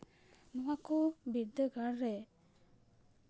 ᱱᱚᱣᱟ ᱠᱚ ᱵᱤᱨᱫᱟᱹᱜᱟᱲ ᱨᱮ